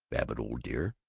babbitt, old dear,